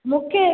मूंखे